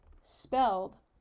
Spelled